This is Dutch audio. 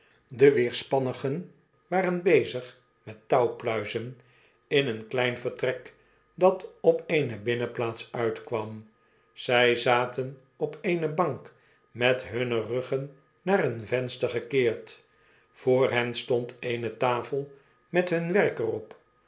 de weerspannigen waren bezig met touwpluizen in een klein vertrek dat op eene binnenplaats uitkwam zij zaten op eene bank met hunne ruggen naar een venster gekeerd vr hen stond eene tafel met hun werk er